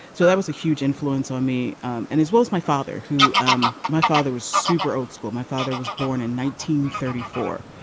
so that was a huge influence on me and this was my father who um my father was super old school my father was born in one thirty four.